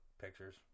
pictures